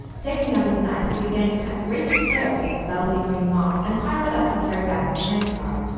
taking out his knife, he began to cut great squares of the velvety green moss, and pile it up to carry back to the hand-car.